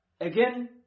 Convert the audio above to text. again